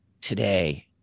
today